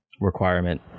requirement